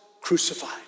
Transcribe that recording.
crucified